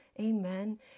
Amen